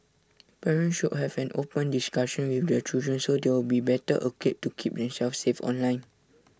parents should have an open discussion with their children so they'll be better equipped to keep themselves safe online